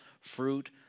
fruit